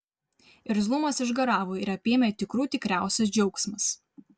irzlumas išgaravo ir apėmė tikrų tikriausias džiaugsmas